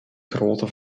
grootte